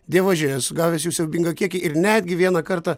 dievaži esu gavęs jų siaubingą kiekį ir netgi vieną kartą